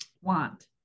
want